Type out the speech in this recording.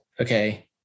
Okay